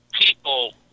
people